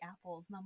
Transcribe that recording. apples